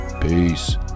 peace